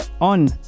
on